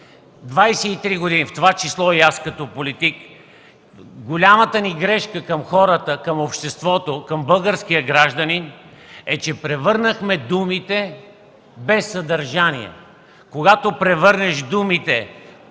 23 години, в това число и аз като политик, голямата ни грешка към хората, към обществото, към българския гражданин е, че превърнахме думите без съдържание. Когато превърнеш думите